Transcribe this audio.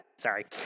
Sorry